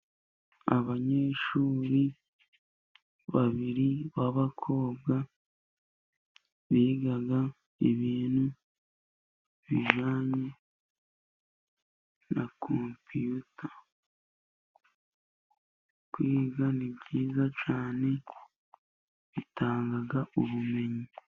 Abanyeshuri babiri b'abakobwa biga ibintu bijyanye na compiyuta kwiga nibyiza cyane ,bitanga ubumenyi.